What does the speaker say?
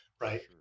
right